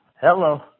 Hello